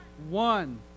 One